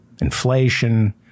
inflation